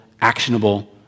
actionable